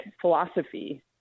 philosophy